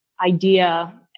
idea